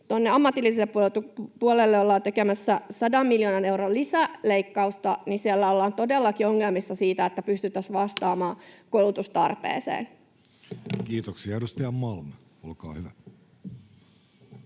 ammatilliselle puolelle ollaan tekemässä 100 miljoonan euron lisäleikkausta, niin siellä ollaan todellakin ongelmissa siinä, että pystyttäisiin vastaamaan koulutustarpeeseen. Kiitoksia. — Edustaja Malm, olkaa hyvä.